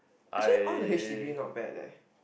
actually all the H_D_B not bad leh